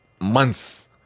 months